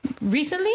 recently